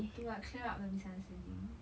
to like clear up the misunderstanding